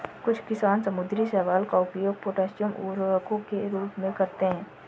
कुछ किसान समुद्री शैवाल का उपयोग पोटेशियम उर्वरकों के रूप में करते हैं